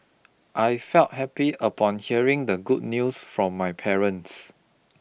I felt happy upon hearing the good news from my parents